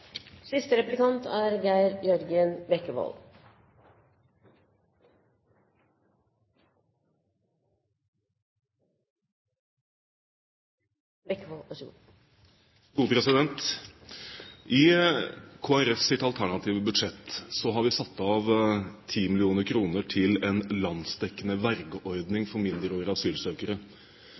I Kristelig Folkepartis alternative budsjett har vi satt av 10 mill. kr til en landsdekkende vergeordning for mindreårige asylsøkere.